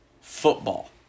football